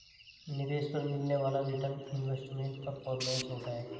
निवेश पर मिलने वाला रीटर्न इन्वेस्टमेंट परफॉरमेंस होता है